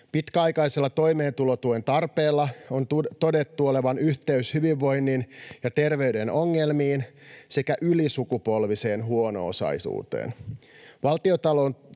Pitkäaikaisella toimeentulotuen tarpeella on todettu olevan yhteys hyvinvoinnin ja terveyden ongelmiin sekä ylisukupolviseen huono-osaisuuteen.